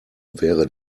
wäre